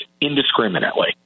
indiscriminately